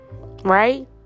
right